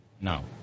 No